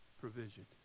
provision